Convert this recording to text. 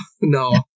no